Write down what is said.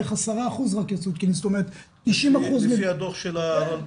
רק 10% יצאו תקינים --- לפי הדו"ח של הרלב"ד?